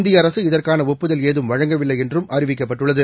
இந்திய அரசு இதற்கான ஒப்புதல் ஏதும் வழங்கவில்லை என்று அறிவிக்கப்பட்டுள்ளது